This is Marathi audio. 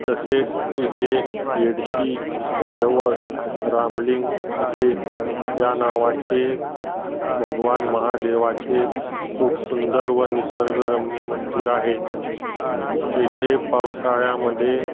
तसेच इथे येडशी जवळ रामलिंग असे या नावाचे भगवान महादेवाचे खूप सुंदर व निसर्गरम्य मंदिर आहे तेथे पावसाळ्यामध्ये